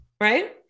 Right